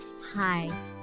Hi